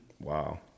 Wow